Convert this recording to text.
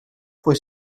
poi